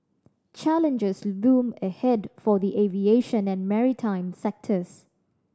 challenges loom ahead for the aviation and maritime sectors